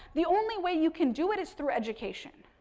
the only way you can do it is through education.